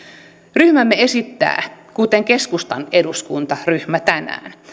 ryhmämme esittää kuten keskustan eduskuntaryhmä tänään